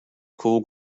cool